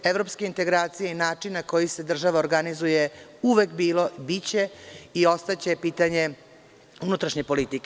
Evropske integracije i način na koji se država organizuje uvek je bilo, biće i ostaće pitanje unutrašnje politike.